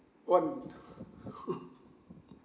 what